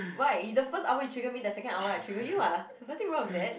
why in the first hour you trigger me the second hour I trigger you ah nothing wrong with that